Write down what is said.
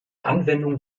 anwendung